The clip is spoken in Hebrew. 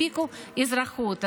הנפיקו אזרחות,